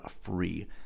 free